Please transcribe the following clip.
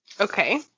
Okay